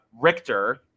Richter-